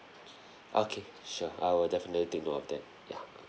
okay sure I will definitely take note of that ya